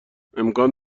امکان